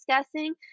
discussing